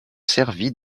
servi